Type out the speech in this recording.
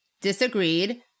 disagreed